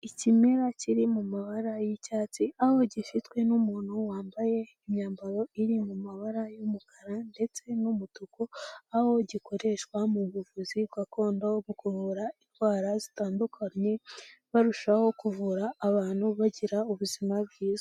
Ikimera kiri mu mabara y'icyatsi aho gifitwe n'umuntu wambaye imyambaro iri mu mabara y'umukara ndetse n'umutuku, aho gikoreshwa mu buvuzi gakondo mu kuvura indwara zitandukanye barushaho kuvura abantu bagira ubuzima bwiza.